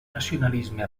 nacionalisme